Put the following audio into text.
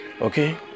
Okay